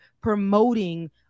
promoting